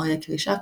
אריה קרישק,